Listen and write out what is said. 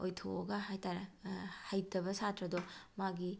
ꯑꯣꯏꯊꯣꯛꯂꯒ ꯍꯥꯏꯇꯔꯦ ꯍꯩꯇꯕ ꯁꯥꯇ꯭ꯔꯗꯣ ꯃꯥꯒꯤ